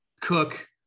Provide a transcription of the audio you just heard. cook